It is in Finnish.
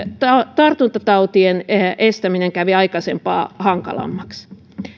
tartuntatautien estäminen kävi aikaisempaa hankalammaksi